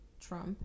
Trump